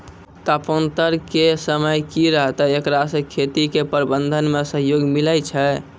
तापान्तर के समय की रहतै एकरा से खेती के प्रबंधन मे सहयोग मिलैय छैय?